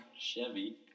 Chevy